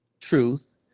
truth